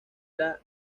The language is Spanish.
era